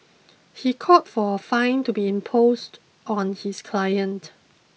he called for a fine to be imposed on his client